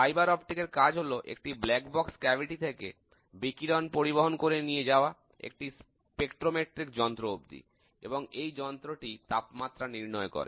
fibre optic এর কাজ হল একটি কালো বাক্স গহ্বর থেকে বিকিরণ পরিবহন করে নিয়ে যাওয়া একটি স্পেক্ট্রমেট্রিক যন্ত্র অব্দি এবং এই যন্ত্রটি তাপমাত্রা নির্ণয় করে